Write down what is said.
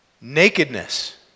Nakedness